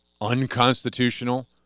unconstitutional